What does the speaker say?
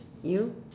you